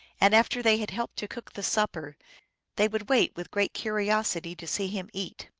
and after they had helped to cook the supper they would wait with great curiosity to see him eat.